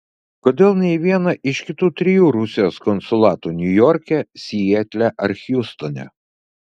kodėl ne į vieną iš kitų trijų rusijos konsulatų niujorke sietle ar hjustone